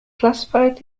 classified